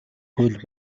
хууль